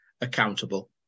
accountable